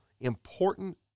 important